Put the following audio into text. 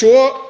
Svo